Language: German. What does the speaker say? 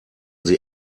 sie